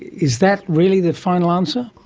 is that really the final answer?